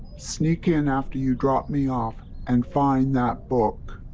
sneak in after you drop me off, and find that book.